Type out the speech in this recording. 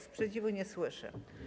Sprzeciwu nie słyszę.